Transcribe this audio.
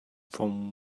from